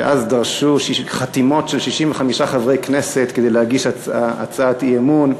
שאז דרשו חתימות של 65 חברי כנסת כדי להגיש הצעת אי-אמון.